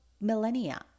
millennia